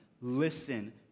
listen